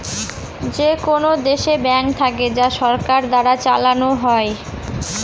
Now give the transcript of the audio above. যেকোনো দেশে ব্যাঙ্ক থাকে যা সরকার দ্বারা চালানো হয়